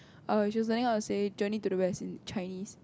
err she is trying to say journey-to-the-West in Chinese